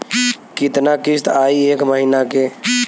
कितना किस्त आई एक महीना के?